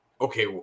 okay